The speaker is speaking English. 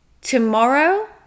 Tomorrow